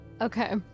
Okay